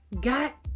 got